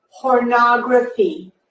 pornography